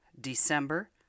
December